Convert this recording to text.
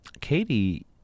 Katie